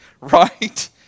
Right